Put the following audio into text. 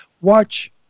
watch